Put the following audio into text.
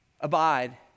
Abide